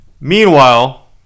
Meanwhile